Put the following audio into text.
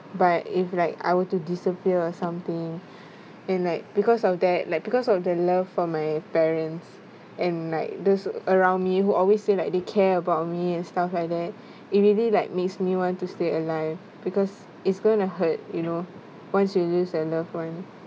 but if like I were to disappear or something and like because of that like because of the love for my parents and like those around me who always say like they care about me and stuff like that it really like makes me want to stay alive because it's going to hurt you know once you lose your loved one